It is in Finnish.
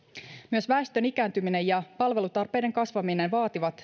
myös väestön ikääntyminen ja palvelutarpeiden kasvaminen vaativat